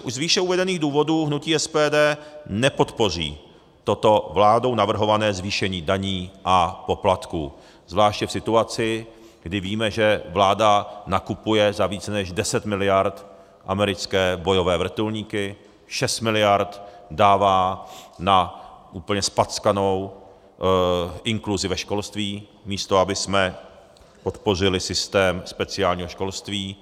Z výše uvedených důvodů hnutí SPD nepodpoří toto vládou navrhované zvýšení daní a poplatků, zvláště v situaci, kdy víme, že vláda nakupuje za více než 10 miliard americké bojové vrtulníky, 6 miliard dává na úplně zpackanou inkluzi ve školství, místo abychom podpořili systém speciálního školství.